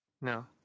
No